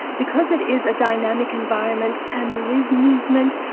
because it is a dynamic environment, and there is movement,